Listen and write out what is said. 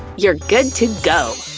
you're good to go!